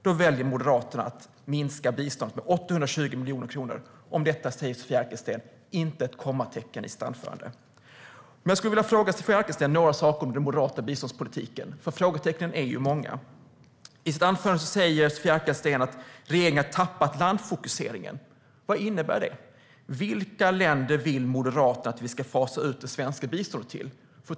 Då väljer Moderaterna att minska biståndet med 820 miljoner kronor. Detta nämner Sofia Arkelsten inte med ett kommatecken i sitt anförande. Jag skulle vilja fråga Sofia Arkelsten några saker om den moderata biståndspolitiken, för frågetecknen är många. I sitt anförande säger Sofia Arkelsten att regeringen har tappat landfokuseringen. Vad innebär detta? Vilka länder vill Moderaterna att vi ska fasa ut det svenska biståndet till?